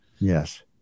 Yes